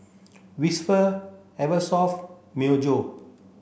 Whisper Eversoft and Myojo